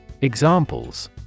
Examples